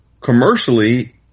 commercially